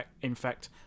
infect